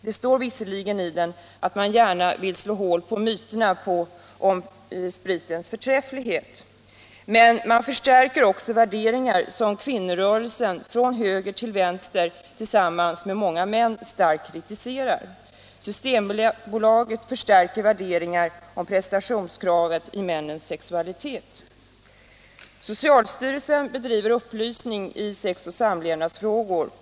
Det står visserligen i den att man gärna vill slå hål på myterna om spritens förträfflighet. Men man förstärker också värderingar som kvinnorörelsen — från höger till vänster — tillsammans med många män starkt kritiserar. Systembolaget förstärker värderingar om prestationskravet i männens sexualitet. Socialstyrelsen bedriver upplysning i sexoch samlevnadsfrågor.